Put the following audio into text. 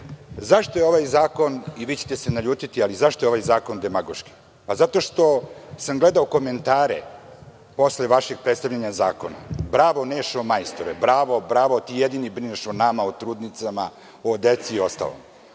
Zašto je ovaj zakon, vi ćete se naljutiti, demagoški? Zato što sam gledao komentare posle vašeg predstavljanja zakona. Bravo, Nešo, majstore. Bravo, bravo, ti jedini brineš o nama, o trudnicama, o deci i ostalom.